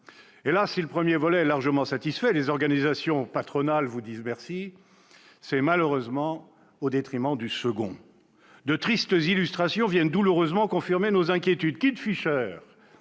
Hélas, si le premier volet est largement satisfait- les organisations patronales vous disent merci -, c'est au détriment du second. De tristes illustrations viennent douloureusement confirmer nos inquiétudes. Ainsi,